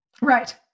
Right